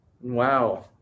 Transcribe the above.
Wow